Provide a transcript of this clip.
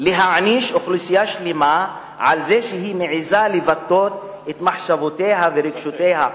להעניש אוכלוסייה שלמה על זה שהיא מעזה לבטאות את מחשבותיה ורגשותיה,